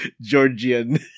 Georgian